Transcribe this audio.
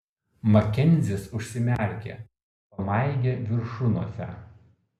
makenzis užsimerkė pamaigė viršunosę